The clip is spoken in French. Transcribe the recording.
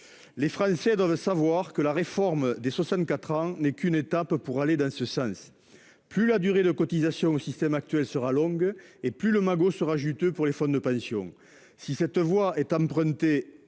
Les Français doivent savoir que la réforme des 64 ans n'est qu'une étape pour aller dans ce sens. Plus la durée de cotisation au système actuel sera longue, plus le magot sera juteux pour les fonds de pension. Si cette voie est empruntée